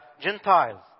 Gentiles